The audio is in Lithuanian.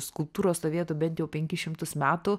skulptūros stovėtų bent jau penkis šimtus metų